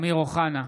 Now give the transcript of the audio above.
(קורא בשמות חברי הכנסת) אמיר אוחנה,